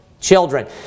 children